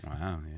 Wow